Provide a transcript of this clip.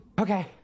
Okay